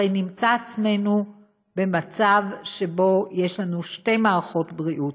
הרי נמצא עצמנו במצב שבו יש לנו שתי מערכות בריאות,